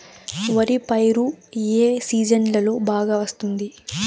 వరి పైరు ఏ సీజన్లలో బాగా వస్తుంది